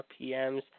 RPMs